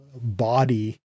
body